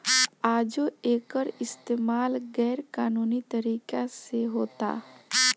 आजो एकर इस्तमाल गैर कानूनी तरीका से होता